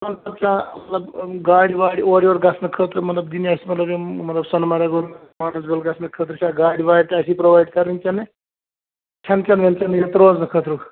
تِمن خٲطرٕ چھا مطلب گاڑِ واڑِ اورٕ یور گَژھنہٕ خٲطرٕ مطلب دِنہِ اَسہِ مطلب یِم مطلب سۄنہٕ مرٕگ گُلمرگ مانٛسبل گَژھنہٕ خٲطرٕ چھا گاڑِ واڑِ تہِ اَسی پرٛووایڈ کَرٕنۍ کَنہٕ کھٮ۪نہٕ چٮ۪نہٕ وٮٮ۪نہٕ چٮ۪ن ییٚتہِ روزنہٕ خٲطرُک